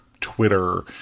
Twitter